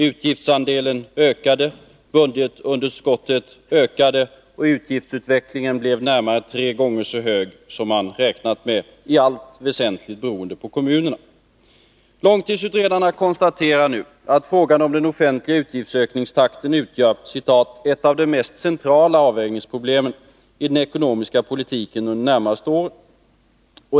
Utgiftsandelen ökade, budgetunderskottet ökade och utgiftsutvecklingen blev närmare tre gånger så hög som man räknat med, väsentligt beroende på kommunerna. Långtidsutredarna konstaterar nu att frågan om den offentliga utgiftsökningstakten utgör ”ett av de mest centrala avvägningsproblemen” i den ekonomiska politiken under de närmaste åren.